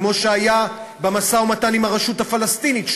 כמו שהיה במשא-ומתן עם הרשות הפלסטינית,